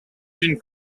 d’une